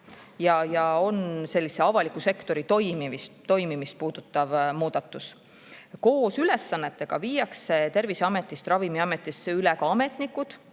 ja on avaliku sektori toimimist puudutav muudatus. Koos ülesannetega viiakse Terviseametist Ravimiametisse üle ka ametnikud,